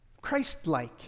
Christ-like